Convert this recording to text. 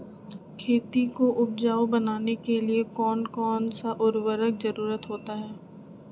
खेती को उपजाऊ बनाने के लिए कौन कौन सा उर्वरक जरुरत होता हैं?